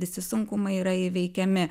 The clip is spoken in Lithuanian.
visi sunkumai yra įveikiami